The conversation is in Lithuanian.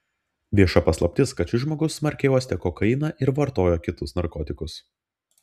vieša paslaptis kad šis žmogus smarkiai uostė kokainą ir vartojo kitus narkotikus